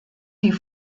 die